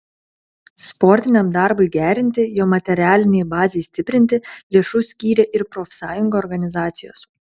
sportiniam darbui gerinti jo materialinei bazei stiprinti lėšų skyrė ir profsąjungų organizacijos